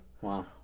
Wow